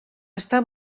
està